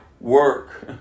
work